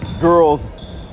Girls